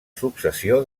successió